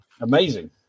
Amazing